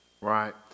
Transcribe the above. right